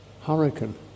hurricane